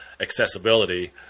accessibility